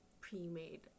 pre-made